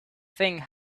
thing